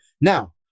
now